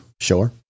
sure